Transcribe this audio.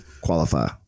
qualify